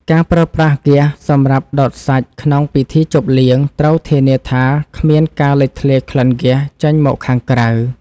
ការប្រើប្រាស់ហ្គាសសម្រាប់ដុតសាច់ក្នុងពិធីជប់លៀងត្រូវធានាថាគ្មានការលេចធ្លាយក្លិនហ្គាសចេញមកខាងក្រៅ។